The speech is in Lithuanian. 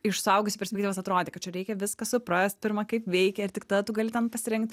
iš suaugusių perspektyvos atrodė kad čia reikia viską suprast pirma kaip veikia ir tik tada tu gali ten pasirinkt